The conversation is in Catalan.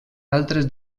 altres